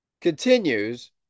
Continues